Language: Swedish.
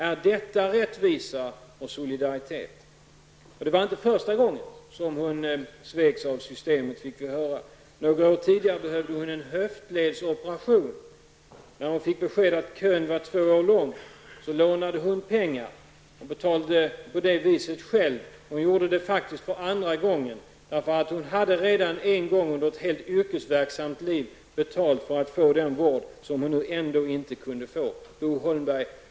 Är detta rättvisa och solidaritet, Bo Holmberg? Det var inte första gången som den gamla damen sveks av systemet, fick vi höra. När hon några år tidigare behövde en höftledsoperation, fick hon beskedet att kön var två år lång. Då lånade den gamla damen pengar och betalade operationen själv. Det var faktiskt andra gången som hon själv betalade. Under sitt yrkesverksamma liv hade hon betalat för att få den vård som hon inte kunde få på annat sätt.